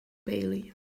bailey